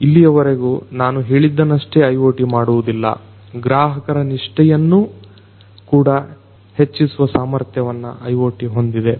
ಇಲ್ಲಿಯವರೆಗೆ ನಾನು ಹೇಳಿದ್ದನ್ನಷ್ಟೆ IoT ಮಾಡುವುದಿಲ್ಲ ಗ್ರಾಹಕರ ನಿಷ್ಠೆಯನ್ನ ಕೂಡ ಹೆಚ್ಚಿಸುವ ಸಾಮರ್ಥ್ಯವನ್ನ IoT ಹೊಂದಿದೆ